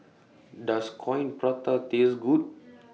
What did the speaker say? Does Coin Prata Taste Good